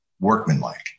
workmanlike